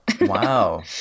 Wow